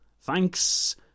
Thanks